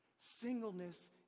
Singleness